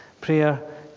Prayer